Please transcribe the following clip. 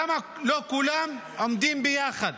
למה לא כולם עומדים ביחד